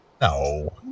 No